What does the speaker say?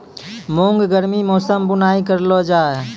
मूंग गर्मी मौसम बुवाई करलो जा?